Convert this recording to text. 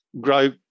grow